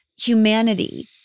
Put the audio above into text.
humanity